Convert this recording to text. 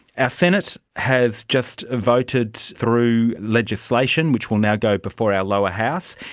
ah senate has just ah voted through legislation which will now go before our lower house,